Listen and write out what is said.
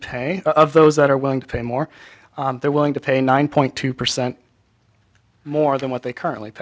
pay those that are willing to pay more they're willing to pay nine point two percent more than what they currently